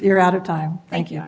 you're out of time thank you